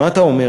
מה אתה אומר,